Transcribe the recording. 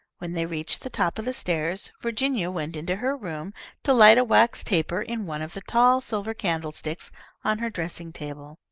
when they reached the top of the stairs, virginia went into her room to light a wax taper in one of the tall silver candlesticks on her dressing-table.